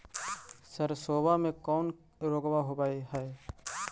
सरसोबा मे कौन रोग्बा होबय है?